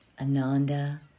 Ananda